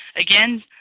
Again